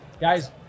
guys